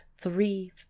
three